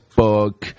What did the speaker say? book